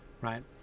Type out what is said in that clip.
right